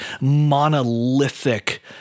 monolithic